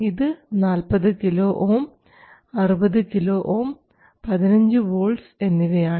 ഇത് 40 KΩ 60 KΩ 15 volts എന്നിവയാണ്